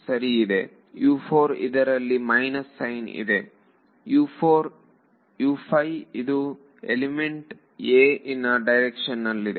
ಸರಿ ಇದೆ ಇದರಲ್ಲಿ ಮೈನಸ್ ಸೈನ್ ಇದೆ ಇದು ಎಲಿಮೆಂಟ್ a ಇನ ಡೈರೆಕ್ಷನ್ ನಲ್ಲಿ ಇದೆ